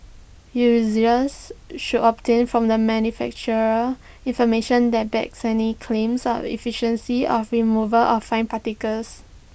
users should obtain from the manufacturer information that backs any claims on efficiency of removal of fine particles